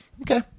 okay